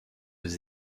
aux